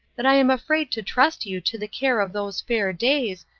that i am afraid to trust you to the care of those fair days,